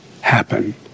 happen